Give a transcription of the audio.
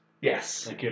Yes